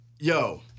Yo